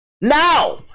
Now